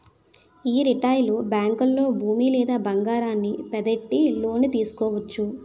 యీ రిటైలు బేంకుల్లో భూమి లేదా బంగారాన్ని పద్దెట్టి లోను తీసుకోవచ్చు